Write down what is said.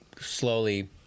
slowly